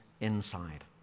inside